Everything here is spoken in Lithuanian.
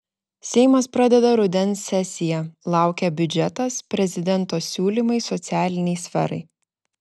seimas pradeda rudens sesiją laukia biudžetas prezidento siūlymai socialinei sferai